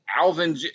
Alvin